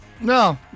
No